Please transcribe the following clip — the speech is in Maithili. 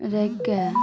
राखिकऽ